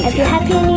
you're happy